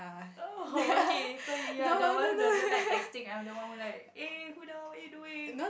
oh okay so you are the one who doesn't like texting I am the one who like hey Huda what you doing